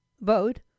vote